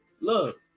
Look